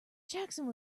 jackson